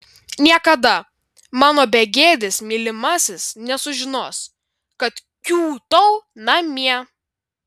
niekada mano begėdis mylimasis nesužinos kad kiūtau namie